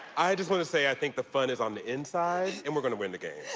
i just want to say, i think the fun is on the inside, and we're gonna win the game,